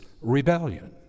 rebellion